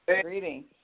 Greetings